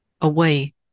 away